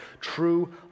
true